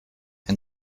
and